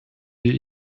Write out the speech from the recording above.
wir